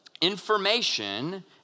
information